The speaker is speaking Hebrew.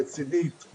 רצינית,